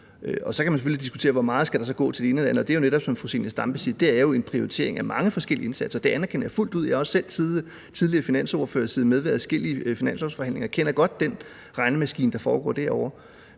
Så kan man selvfølgelig diskutere, hvor meget der så skal gå til det ene og det andet, og det er jo netop, som fru Zenia Stampe siger, en prioritering af mange forskellige indsatser. Det anerkender jeg fuldt ud. Jeg er også selv tidligere finansordfører og har siddet med ved adskillige finanslovforhandlinger, og jeg kender godt den regnemaskine, der bliver brugt derovre.